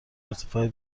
ارتفاع